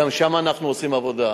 גם שם אנחנו עושים עבודה.